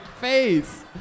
face